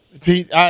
Pete